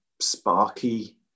sparky